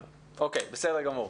אוקיי, בסדר גמור.